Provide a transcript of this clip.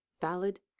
Ballad